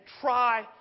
try